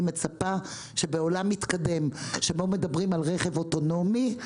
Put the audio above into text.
מצפה שבעולם מתקדם בו מדברים על רכב אוטונומי,